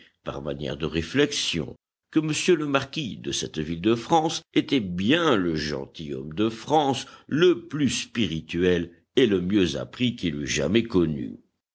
par manière de réflexion que m le marquis de était bien le gentilhomme de france le plus spirituel et le mieux appris qu'il eût jamais connu